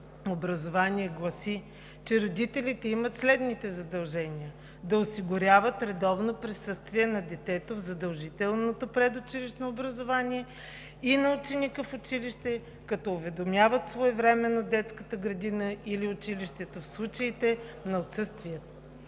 образование гласи, че родителите имат следните задължения: „Да осигуряват редовно присъствие на детето в задължителното предучилищно образование и на ученика в училище, като уведомяват своевременно детската градина или училището в случаите на отсъствие.“